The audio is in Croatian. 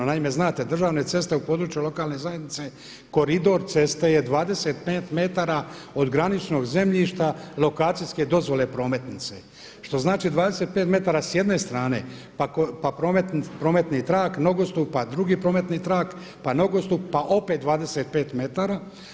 Naime znate, državne ceste u području lokalne zajednice koridor ceste je 25 metara od graničnog zemljišta lokacijske dozvole prometnice što znači 25 metara s jedne strane, pa prometni trak, nogostup, pa drugi prometni trak, pa nogostup, pa opet 25 metara.